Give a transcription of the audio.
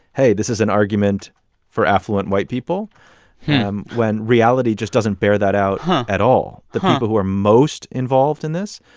hey, this is an argument for affluent white people um when reality just doesn't bear that out at all. the people who are most involved in this,